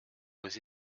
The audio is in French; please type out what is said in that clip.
aux